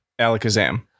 Alakazam